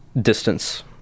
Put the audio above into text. distance